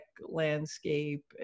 landscape